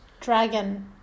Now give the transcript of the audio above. Dragon